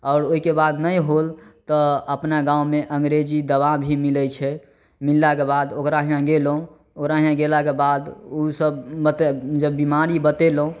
आओर ओहिके बाद नहि होल तऽ अपना गाँवमे अंग्रेजी दबा भी मिलै छै मिललाके बाद ओकरा हियाँ गेलहुॅं ओकरा हियाँ गेलाके बाद ओसब बते जब बीमारी बतेलहुॅं